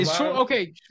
Okay